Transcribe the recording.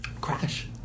crash